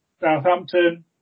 Southampton